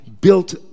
built